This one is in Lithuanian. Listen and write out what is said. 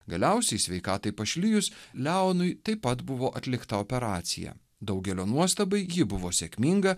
galiausiai sveikatai pašlijus leonui taip pat buvo atlikta operacija daugelio nuostabai ji buvo sėkminga